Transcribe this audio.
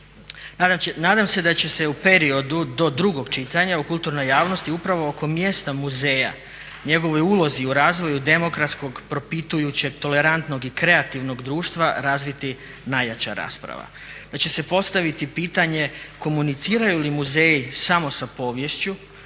Nadam se da će se u periodu do drugog čitanja u kulturnoj javnosti upravo oko mjesta muzeja, njegovoj ulozi u razvoju demokratskog, propitujućeg, tolerantnog i kreativnog društva razviti najjača rasprava. Da će se postaviti pitanje komuniciraju li muzeji samo sa poviješću